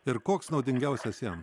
ir koks naudingiausias jam